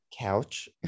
couch